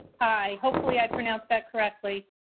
hi. hopefully i pronounce that correctly.